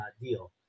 deal